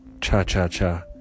cha-cha-cha